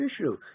issue